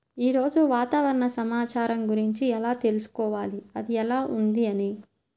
ఈరోజు వాతావరణ సమాచారం గురించి ఎలా తెలుసుకోవాలి అది ఎలా ఉంది అని?